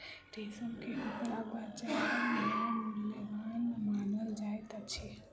रेशम के कपड़ा बजार में मूल्यवान मानल जाइत अछि